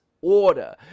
order